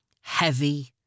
heavy